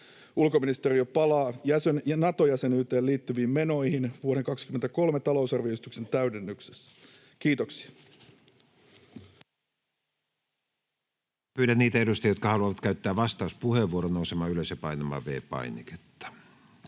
Ulkoministeriö palaa Nato-jäsenyyteen liittyviin menoihin vuoden 23 talousarvioesityksen täydennyksessä. — Kiitoksia. Pyydän niitä edustajia, jotka haluavat käyttää vastauspuheenvuoron, nousemaan ylös ja painamaan V-painiketta.